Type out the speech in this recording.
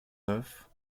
neuf